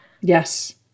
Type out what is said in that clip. Yes